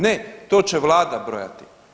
Ne, to će vlada brojati.